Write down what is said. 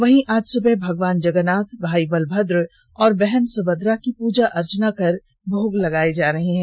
वहीं आज सुबह भगवान जगन्नाथ भाई बलभद्र और बहन सुभद्रा की पूजा अर्चना कर भोग लगाया जा रहा है